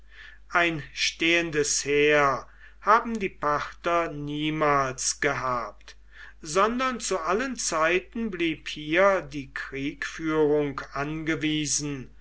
ein stehendes heer haben die parther niemals gehabt sondern zu allen zeiten blieb hier die kriegführung angewiesen